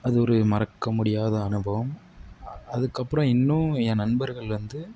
அது ஒரு மறக்க முடியாத அனுபவம் அதுக்கப்புறம் இன்னும் என் நண்பர்கள் வந்து